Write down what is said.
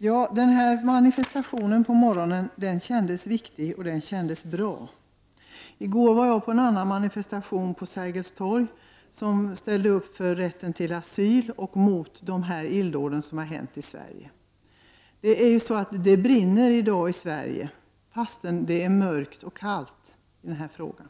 Herr talman! Manifestationen på morgonen kändes viktig och bra. I går var jag på en annan manifestation på Sergels torg. Den ställde upp för rätten till asyl och mot de illdåd som har ägt rum i Sverige. Det brinner i dag i Sverige, fastän det är mörkt och kallt i denna fråga.